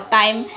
time